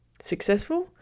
successful